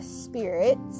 spirits